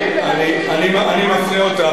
מצפה מאתנו,